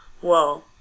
Whoa